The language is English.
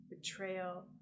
betrayal